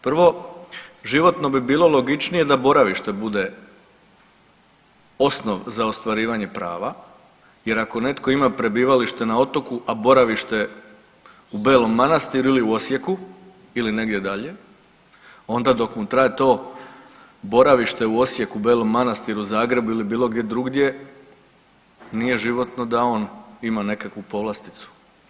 Prvo, životno bi bilo logičnije da boravište bude osnov za ostvarivanje prava jer ako netko ima prebivalište na otoku, a boravište u Belom Manastiru ili u Osijeku ili negdje dalje onda dok mu traje to boravište u Osijeku, Belom Manastiru, Zagrebu ili bilo gdje drugdje nije životno da on ima nekakvu povlasticu.